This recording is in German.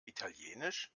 italienisch